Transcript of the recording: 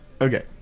Okay